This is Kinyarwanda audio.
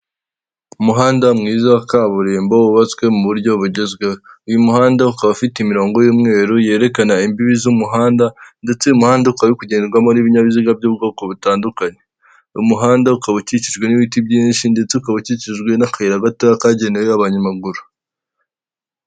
Umuhanda mwiza wa kaburimbo, wubatswe mu buryo bugezweho. Uyu muhanda ukaba ufite imirongo y'umweru, yerekana imbibi z'umuhanda ndetse umuhanda ukaba kugenderwamo n'ibinyabiziga by'ubwoko butandukanye. Uyu muhanda ukaba ukikijwe n'ibiti byinshi ndetse ukaba ukikijwe n'akayira gatoya kagenewe abanyamaguru.